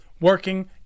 working